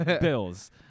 Bills